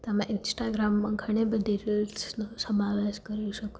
તમે ઇન્સ્ટાગ્રામમાં ઘણી બધી રિલ્સનો સમાવેશ કરી શકો છો